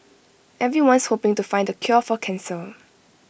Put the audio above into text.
everyone's hoping to find the cure for cancer